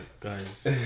guys